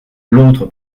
l’autre